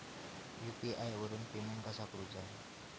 UPI वरून payment कसा करूचा?